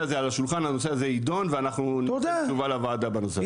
הזה על השולחן הנושא הזה ידון ואנחנו ניתן תשובה לוועדה בנושא הזה.